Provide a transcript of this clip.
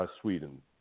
Sweden